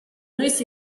noiz